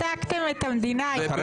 כי שיתקתם את המדינה, יואב.